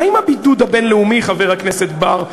מה עם הבידוד הבין-לאומי, חבר הכנסת בר?